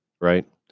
right